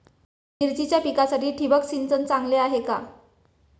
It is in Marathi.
मिरचीच्या पिकासाठी ठिबक सिंचन चांगले आहे का?